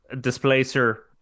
Displacer